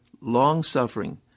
long-suffering